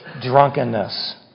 drunkenness